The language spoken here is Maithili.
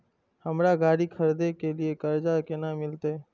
हमरा गाड़ी खरदे के लिए कर्जा केना मिलते?